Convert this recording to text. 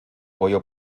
pollo